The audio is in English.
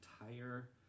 entire